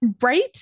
Right